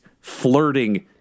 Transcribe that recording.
flirting